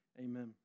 Amen